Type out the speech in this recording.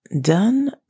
done